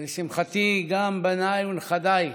ולשמחתי גם בניי ונכדיי